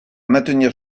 maintenir